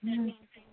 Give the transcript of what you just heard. हँ